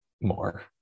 more